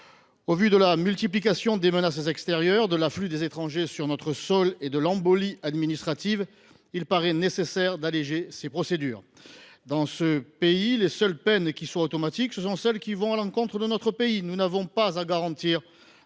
Au vu de la multiplication des menaces extérieures, de l’afflux des étrangers sur notre sol et de l’embolie administrative, il paraît nécessaire d’alléger les procédures. Dans ce pays, les seules peines qui soient automatiques, ce sont celles qui vont à l’encontre de notre pays ! Nous n’avons pas à garantir